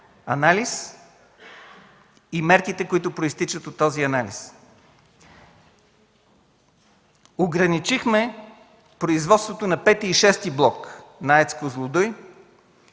и мерките, които произтичат от този анализ. Ограничихме производството на V и VІ блок на АЕЦ „Козлодуй”,